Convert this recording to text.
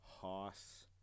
Hoss